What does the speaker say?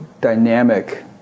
dynamic